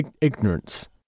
ignorance